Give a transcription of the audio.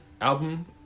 album